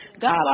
god